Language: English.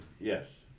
Yes